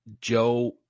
Joe